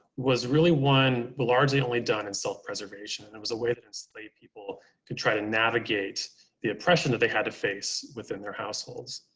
was really one largely only done in self-preservation and it was a way to enslave people to try to navigate the oppression that they had to face within their households.